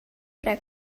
para